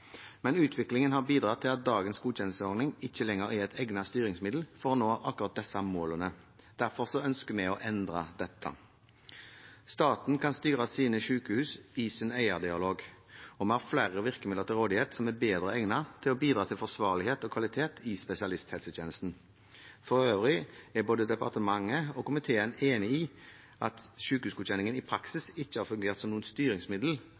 Men utviklingen har bidratt til at dagens godkjenningsordning ikke lenger er et egnet styringsmiddel for å nå akkurat disse målene. Derfor ønsker vi å endre dette. Staten kan styre sine sykehus i sin eierdialog, og vi har flere virkemidler til rådighet som er bedre egnet til å bidra til forsvarlighet og kvalitet i spesialisthelsetjenesten. For øvrig er både departementet og komiteen enig i at sykehusgodkjenningen i praksis ikke har fungert som et styringsmiddel